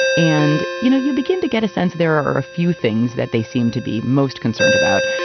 and, you know, you begin to get a sense there are a few things that they seem to be most concerned about.